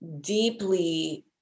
deeply